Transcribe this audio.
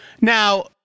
Now